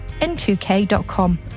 n2k.com